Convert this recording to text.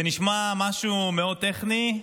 זה נשמע משהו מאוד טכני,